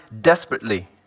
desperately